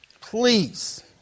Please